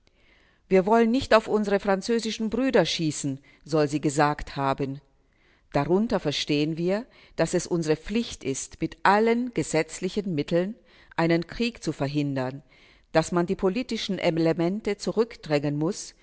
wir wollen nicht auf unsere französischen brüder schießen soll sie gesagt haben darunter verstehen wir daß es unsere pflicht ist mit allen gesetzlichen mitteln einen krieg zu verhindern daß man die politischen elemente zurückdrängen muß